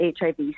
HIV